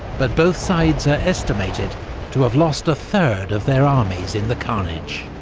but both sides are estimated to have lost a third of their armies in the carnage.